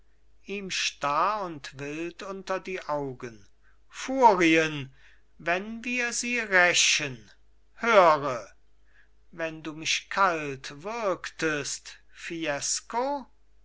ihm starr und wild unter die augen furien wenn wir sie rächen höre wenn du mich kalt würgtest fiesco